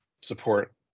support